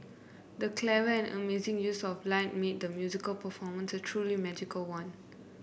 the clever and amazing use of lighting made the musical performance a truly magical one